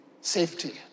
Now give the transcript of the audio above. safety